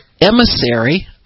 emissary